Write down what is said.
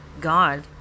God